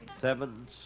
Seven